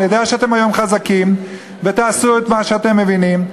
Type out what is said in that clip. ואני יודע שאתם היום חזקים ותעשו את מה שאתם מבינים.